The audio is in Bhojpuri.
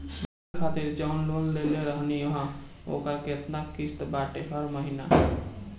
मोबाइल खातिर जाऊन लोन लेले रहनी ह ओकर केतना किश्त बाटे हर महिना?